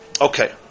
Okay